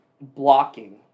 blocking